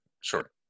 Sure